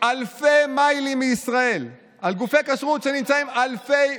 אלפי מיילים מישראל, על גופי כשרות שנמצאים אלפי,